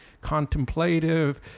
contemplative